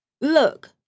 Look